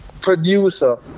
producer